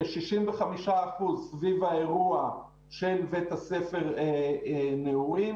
כ-65% סביב האירוע של בית הספר נעורים.